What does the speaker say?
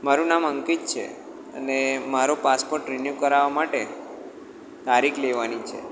મારુ નામ અંકિત છે અને મારો પાસપોર્ટ રીન્યુ કરાવવા માટે તારીખ લેવાની છે